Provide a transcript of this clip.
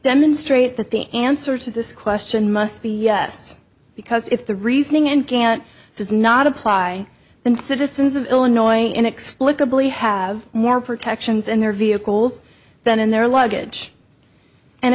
demonstrate that the answer to this question must be yes because if the reasoning and can't does not apply then citizens of illinois inexplicably have more protections in their vehicles than in their luggage and